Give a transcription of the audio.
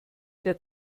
der